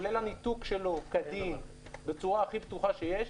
כולל הניתוק שלו כדין בצורה הכי בטוחה שיש,